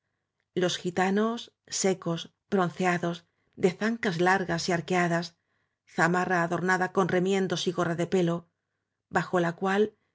los gitanos secos bronceados de zancas largas y arquea das zamarra adornada con remiendos y gorra de pelo bajo lá cual